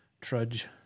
trudge